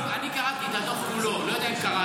אני קראתי את הדוח כולו, לא יודע אם קראת.